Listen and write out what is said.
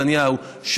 נתניהו,